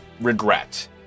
regret